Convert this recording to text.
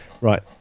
Right